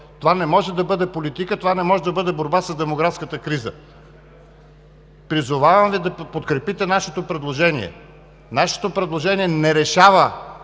Това не може да бъде политика, това не може да бъде борба с демографската криза. Призовавам Ви да подкрепите нашето предложение. Нашето предложение не решава